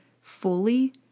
fully